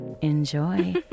enjoy